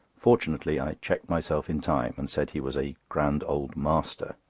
fortunately i checked myself in time, and said he was a grand old master.